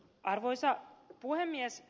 arvoisa puhemies